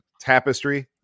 tapestry